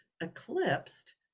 eclipsed